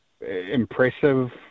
impressive